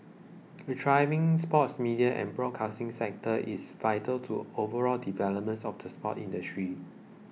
a thriving sports media and broadcasting sector is vital to overall developments of the sports industry